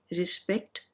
respect